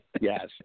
Yes